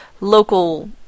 local